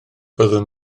byddwn